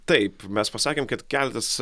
taip mes pasakėm kad keletas